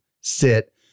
sit